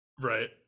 Right